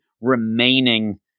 remaining